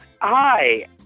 Hi